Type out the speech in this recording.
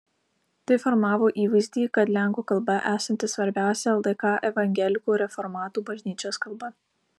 tai formavo įvaizdį kad lenkų kalba esanti svarbiausia ldk evangelikų reformatų bažnyčios kalba